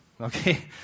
Okay